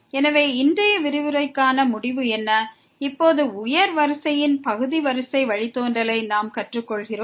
எனவே இன்றைய விரிவுரைக்கான முடிவு என்ன இப்போது உயர் வரிசையின் பகுதி வரிசை வழித்தோன்றலை நாம் கற்றுக்கொண்டுள்ளோம்